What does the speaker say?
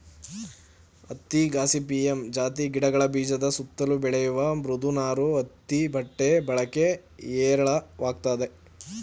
ಹತ್ತಿ ಗಾಸಿಪಿಯಮ್ ಜಾತಿ ಗಿಡಗಳ ಬೀಜದ ಸುತ್ತಲು ಬೆಳೆಯುವ ಮೃದು ನಾರು ಹತ್ತಿ ಬಟ್ಟೆ ಬಳಕೆ ಹೇರಳವಾಗಯ್ತೆ